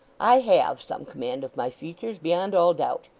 i have some command of my features, beyond all doubt.